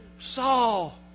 Saul